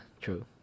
true